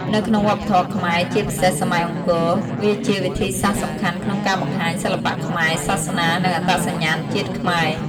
នៅក្នុងវប្បធម៌ខ្មែរ ជាពិសេសសម័យអង្គរ វាជាវិធីសាស្រ្តសំខាន់ក្នុងការបង្ហាញសិល្បៈខ្នែរ សាសនា និងអត្តសញ្ញាណជាតិខ្មែរ។